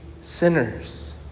sinners